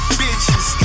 bitches